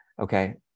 okay